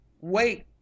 wait